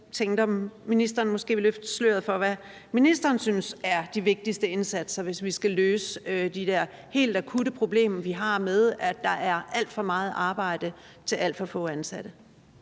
jeg tænker, at ministeren måske vil løfte sløret for, hvad ministeren synes er de vigtigste indsatser, hvis vi skal løse de helt akutte problemer, vi har, med, at der er alt for meget arbejde til alt for få ansatte.